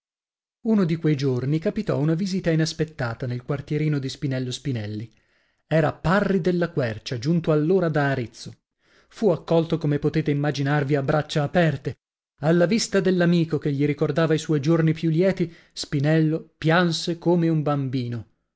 uno di que giorni capitò una visita inaspettata nel quartierino di spinello spinelli era parri della quercia giunto allora da arezzo fu accolto come potete immaginarvi a braccia aperte alla vista dell'amico che gli ricordava i suoi giorni più lieti spinello pianse come un bambino